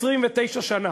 29 שנה.